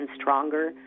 stronger